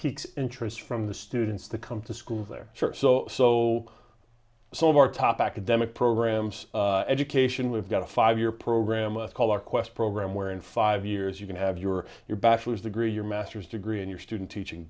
peaks interest from the students that come to schools there so so so of our top academic programs education we've got a five year program a color quest program where in five years you can have your your bachelor's degree your master's degree and your student teaching